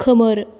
खोमोर